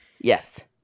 Yes